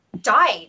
died